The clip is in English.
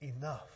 enough